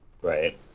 Right